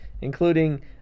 Including